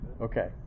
Okay